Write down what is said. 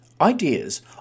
Ideas